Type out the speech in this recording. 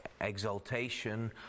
exaltation